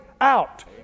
out